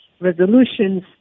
resolutions